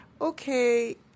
Okay